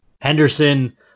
Henderson